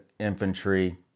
infantry